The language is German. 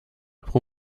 pro